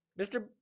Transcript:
Mr